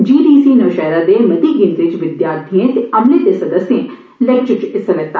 GDC Naushahra दे मती गिनतरी च विद्यार्थिएं ते अमले दे सदस्यें लैक्चर च हिस्सा लैता